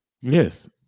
Yes